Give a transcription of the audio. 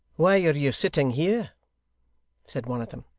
why are you sitting here said one of them,